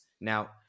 Now